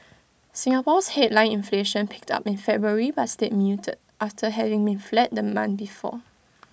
Singapore's headline inflation picked up in February but stayed muted after having been flat the month before